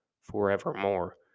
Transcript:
forevermore